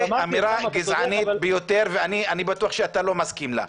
זאת אמירה גזענית ביותר ואני בטוח שאתה לא מסכים לה.